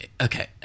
okay